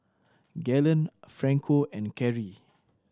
Gaylon Franco and Carrie